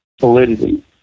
validity